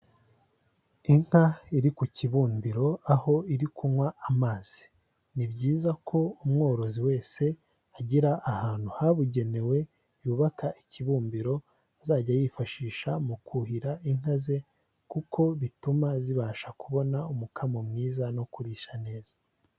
Inka iri ku kibudiro aho iri kunywa amazi, ni byiza ko umworozi wese agira ahantu habugenewe yubaka ikibumbiro azajya yifashisha mu kuhira inka ze kuko bituma zibasha kubona umukamo mwiza no kurisha neza.